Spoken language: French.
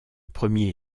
premier